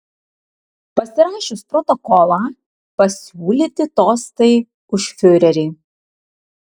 pasirašius protokolą pasiūlyti tostai už fiurerį